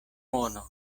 mono